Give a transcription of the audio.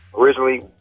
Originally